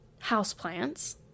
houseplants